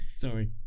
Sorry